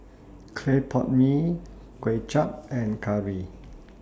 Clay Pot Mee Kway Chap and Curry